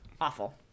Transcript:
Awful